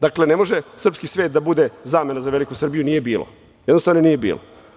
Dakle, ne može srpski svet da bude zamena za veliku Srbiju, nije bilo, jednostavno nije bilo.